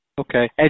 Okay